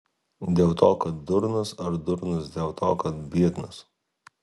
dėl to kad durnas ar durnas dėl to kad biednas